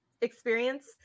experience